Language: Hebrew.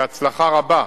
בהצלחה רבה,